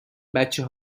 بچه